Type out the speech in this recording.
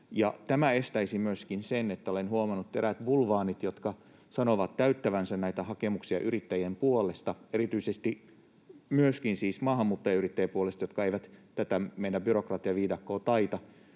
käymään tätä keskustelua. Olen huomannut, että eräät bulvaanit, jotka sanovat täyttävänsä näitä hakemuksia yrittäjien puolesta, erityisesti siis myöskin maahanmuuttajayrittäjien puolesta, jotka eivät tätä meidän byrokratiaviidakkoamme taida,